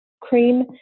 cream